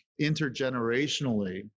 intergenerationally